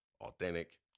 authentic